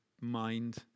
mind